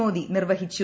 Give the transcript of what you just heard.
മോദി നിർവ്വഹിച്ചു